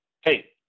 Hey